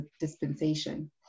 dispensation